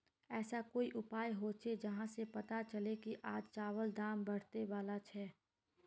ऐसा कोई उपाय होचे जहा से पता चले की आज चावल दाम बढ़ने बला छे?